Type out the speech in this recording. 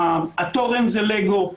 התורן זה לגו.